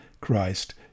Christ